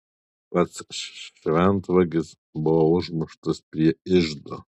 pats šventvagis buvo užmuštas prie iždo